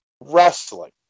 wrestling